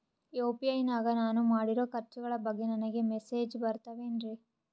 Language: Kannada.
ಯು.ಪಿ.ಐ ನಾಗ ನಾನು ಮಾಡಿರೋ ಖರ್ಚುಗಳ ಬಗ್ಗೆ ನನಗೆ ಮೆಸೇಜ್ ಬರುತ್ತಾವೇನ್ರಿ?